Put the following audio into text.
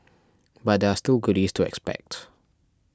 but there are still goodies to expect